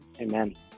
Amen